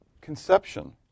conception